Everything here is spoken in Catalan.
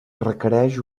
requereix